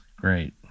Great